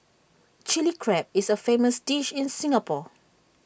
Chilli Crab is A famous dish in Singapore